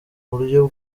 buryohe